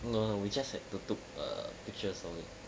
no no we just had to take pictures only